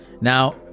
now